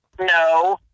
no